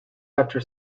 after